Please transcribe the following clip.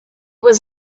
was